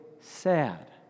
sad